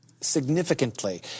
significantly